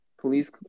police